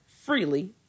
freely